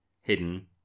hidden